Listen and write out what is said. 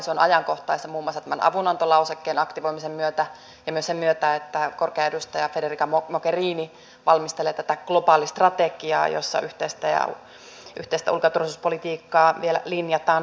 se on ajankohtaista muun muassa tämän avunantolausekkeen aktivoimisen myötä ja myös sen myötä että korkea edustaja federica mogherini valmistelee tätä globaalistrategiaa jossa yhteistä ulko ja turvallisuuspolitiikkaa vielä linjataan tarkemmin